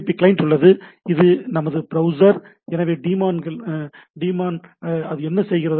B client உள்ளது இது நமது பிரௌசர் எனவே இந்த டீமான் அது என்ன செய்கிறது